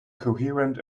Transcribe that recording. coherent